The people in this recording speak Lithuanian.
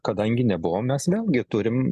kadangi nebuvo mes netgi turim